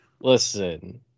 Listen